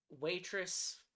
waitress